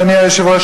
אדוני היושב-ראש,